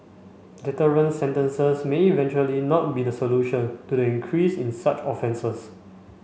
deterrent sentences may eventually not be the solution to the increase in such offences